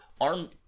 arm